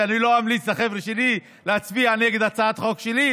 ואני לא אמליץ לחבר'ה שלי להצביע נגד הצעת החוק שלי,